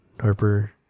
Harper